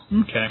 Okay